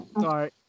Sorry